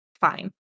Fine